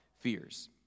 fears